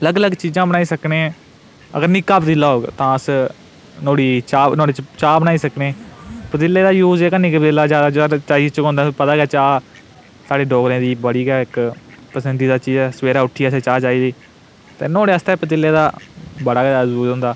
लग्ग लग्ग चीजां बनाई सकने अगर निक्का पतीला होग तां अस नुआढ़ी चाह् नुआढ़े च चाह् बनाई सकने पतीले दा यूज जेह्का निक्के पतीले दा जैदा चाही च गै होंदा तुसें पता गै चाह् साढ़ी डोगरें दी बड़ी गै इक पसंदीदा चीज ऐ सवेरे उट्ठियै असें गी चाह् चाहिदी ते नुआढ़े आस्तै पतीले दा बड़ा गै जैदा यूज होंदा